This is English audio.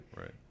right